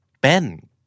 Ben